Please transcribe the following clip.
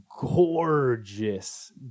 gorgeous